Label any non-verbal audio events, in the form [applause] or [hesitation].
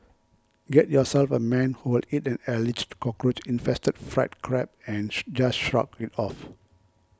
get yourself a man who will eat an alleged cockroach infested fried crab and [hesitation] just shrug it off